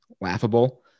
laughable